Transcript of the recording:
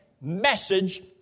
message